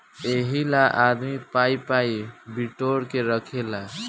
एहिला आदमी पाइ पाइ बिटोर के रखेला